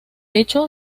hecho